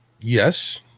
Yes